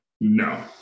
no